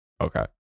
Okay